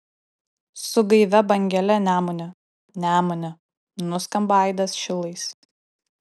su gaivia bangele nemune nemune nuskamba aidas šilais